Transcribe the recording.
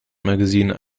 magazine